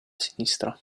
sinistra